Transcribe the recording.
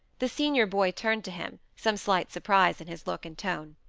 the senior boy turned to him, some slight surprise in his look and tone.